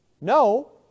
No